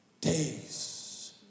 days